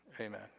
amen